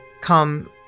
come